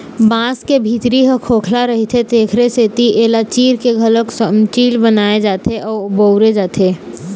बांस के भीतरी ह खोखला रहिथे तेखरे सेती एला चीर के घलोक चमचील बनाए जाथे अउ बउरे जाथे